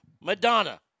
Madonna